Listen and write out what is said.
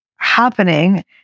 Happening